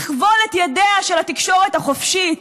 לכבול את ידיה של התקשורת החופשית,